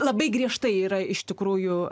labai griežtai yra iš tikrųjų